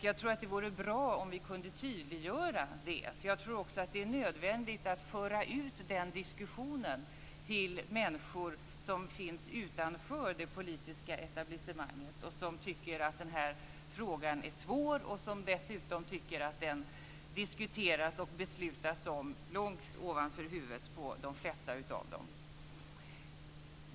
Jag tror att det vore bra om vi kunde tydliggöra det, för jag tror också att det är nödvändigt att föra ut den diskussionen till människor som finns utanför det politiska etablissemanget och som tycker att den här frågan är svår och att den dessutom diskuteras och beslutas om långt ovanför huvudet på de flesta av dem.